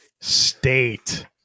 State